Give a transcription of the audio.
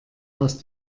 aus